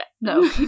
No